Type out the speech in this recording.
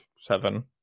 seven